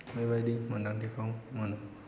बेबायदि मोन्दांथिखौ मोनो